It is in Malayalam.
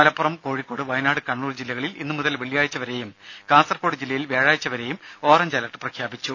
മലപ്പുറം കോഴിക്കോട് വയനാട് കണ്ണൂർ ജില്ലകളിൽ ഇന്നു മുതൽ വെള്ളിയാഴ്ച വരെയും കാസർകോട് ജില്ലയിൽ വ്യാഴാഴ്ച വരെയും ഓറഞ്ച് അലർട്ട് പ്രഖ്യാപിച്ചു